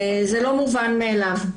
זה לא מובן מאליו.